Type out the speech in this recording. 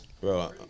Bro